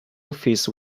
office